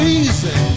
easy